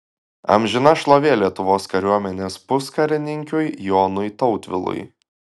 amžina šlovė lietuvos kariuomenės puskarininkiui jonui tautvilui